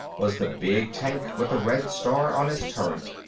was the big tank with the red star on its turret.